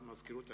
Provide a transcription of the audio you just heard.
במזכירות הכנסת.